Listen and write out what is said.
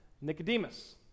Nicodemus